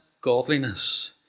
godliness